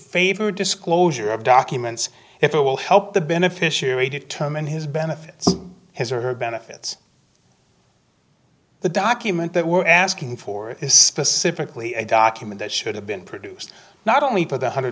favor disclosure of documents if it will help the beneficiary determine his benefits his or her benefits the document that we're asking for is specifically a document that should have been produced not only put one hundred